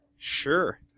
Sure